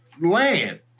land